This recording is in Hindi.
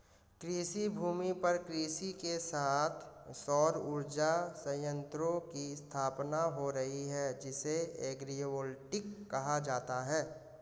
कृषिभूमि पर कृषि के साथ साथ सौर उर्जा संयंत्रों की स्थापना हो रही है जिसे एग्रिवोल्टिक कहा जाता है